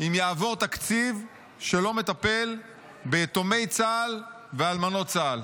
אם יעבור תקציב שלא מטפל ביתומי צה"ל ובאלמנות צה"ל.